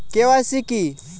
KYC কি?